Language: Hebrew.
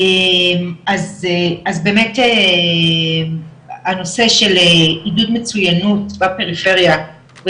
אז באמת הנושא של עידוד מצוינות בפריפריה הוא